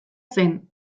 zen